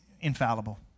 infallible